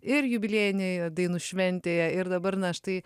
ir jubiliejinėje dainų šventėje ir dabar na štai